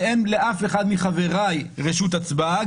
ואין לאף אחד מחבריי רשות הצבעה,